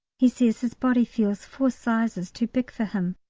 he says his body feels four sizes too big for him.